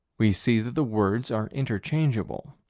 we see that the words are interchangeable.